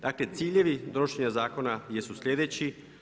Dakle, ciljevi donošenja zakona jesu slijedeći.